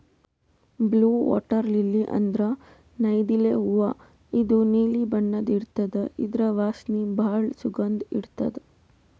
blue water lily ಅಂದ್ರ ನೈದಿಲೆ ಹೂವಾ ಇದು ನೀಲಿ ಬಣ್ಣದ್ ಇರ್ತದ್ ಇದ್ರ್ ವಾಸನಿ ಭಾಳ್ ಸುಗಂಧ್ ಇರ್ತದ್